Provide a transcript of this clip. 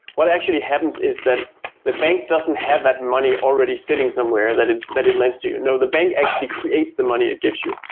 what actually happens is that the bank doesn't have that money already sitting somewhere that it that it lends to you. no, the bank actually creates the money it gives you.